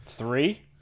three